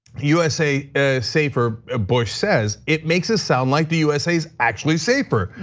usa ah safer, ah bush says, it makes it sound like the usa is actually safer,